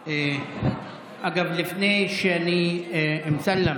אגב, אמסלם,